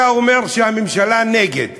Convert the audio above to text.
אתה אומר שהממשלה נגד.